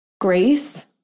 grace